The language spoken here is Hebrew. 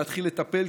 להתחיל לטפל,